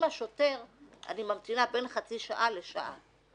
השוטר אני ממתינה בין חצי שעה לשעה.